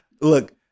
Look